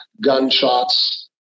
gunshots